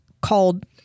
called